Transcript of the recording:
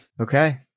Okay